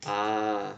ah